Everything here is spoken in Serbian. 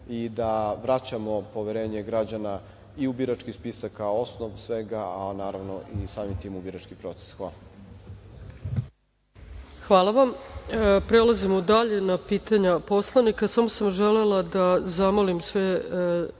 i da vraćamo poverenje građana i u birački spisak, kao osnov svega, a naravno i samim tim u birački proces. Hvala. **Ana Brnabić** Hvala vam. Prelazimo dalje na pitanja poslanika. Samo sam želela da zamolim sve